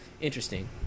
Interesting